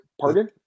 Pardon